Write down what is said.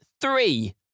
three